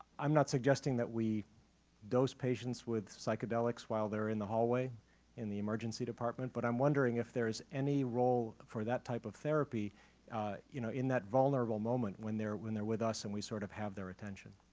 i'm not suggesting that we dose patients with psychedelics while they're in the hallway in the emergency department, but i'm wondering if there's any role for that type of therapy you know in that vulnerable moment when they're when they're with us and we sort of have their attention.